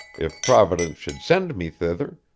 if providence should send me thither,